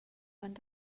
van